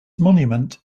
monument